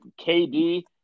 KD